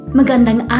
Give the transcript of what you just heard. Magandang